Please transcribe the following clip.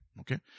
Okay